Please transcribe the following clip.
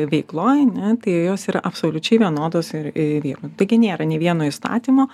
veikloj ane tai jos tai yra absoliučiai vienodos ir vyrų taigi nėra nei vieno įstatymo